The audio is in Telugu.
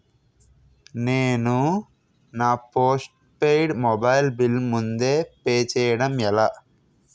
నేను నా పోస్టుపైడ్ మొబైల్ బిల్ ముందే పే చేయడం ఎలా?